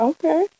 Okay